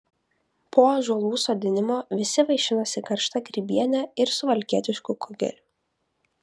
po ąžuolų sodinimo visi vaišinosi karšta grybiene ir suvalkietišku kugeliu